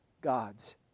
God's